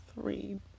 three